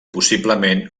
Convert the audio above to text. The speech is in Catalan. possiblement